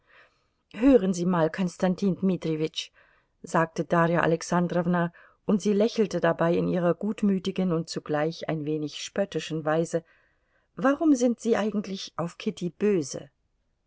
hören sie mal konstantin dmitrijewitsch sagte darja alexandrowna und sie lächelte dabei in ihrer gutmütigen und zugleich ein wenig spöttischen weise warum sind sie eigentlich auf kitty böse